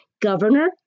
Governor